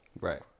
Right